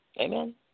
Amen